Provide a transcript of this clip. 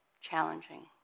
challenging